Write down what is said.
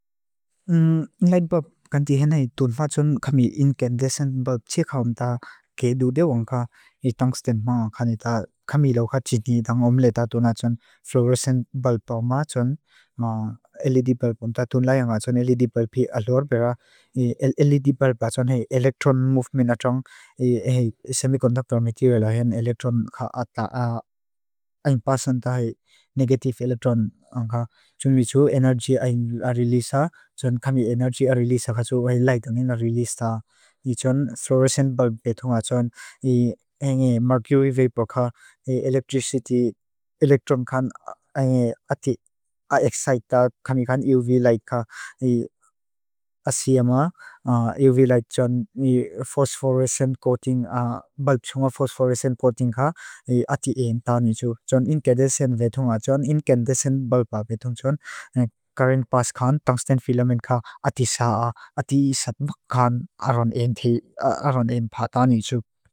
Ngaid bap kan tihenei tunfa tun kami incandescent bulb txik haun ta kei dudewong ka i tungsten maa kani ta kamilau ka txini dan. Omleta tun ha tun fluorescent bulb pau maa tun LED bulb tunlai haun ha tun LED bulb pi alor pera LED bulb ha tun hai. Electron movement ha tun semiconductor material haun electron ka ata pasan ta hai negative electron haun ka tun bichu energy haun a release ha tun. Kami energy a release haun ha tun white light haun a release ta tun fluorescent bulb pau maa tun mercury vapor haun ka electricity electron haun ka ati exciter kami UV light haun a CMR UV light tun phosphorescent coating haun. Bulb tun phosphorescent coating haun ati in tanu tun incandescent bulb pau maa tun karin paas kan tungsten filament ka ati saa ati satmak kan aran en bhaatani txuk.